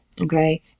okay